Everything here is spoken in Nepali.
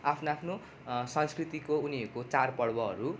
आफ्नो आफ्नो संस्कृतिको उनीहरूको चाड पर्वहरू